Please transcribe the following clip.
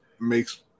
makes –